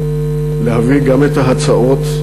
להביא גם את ההצעות,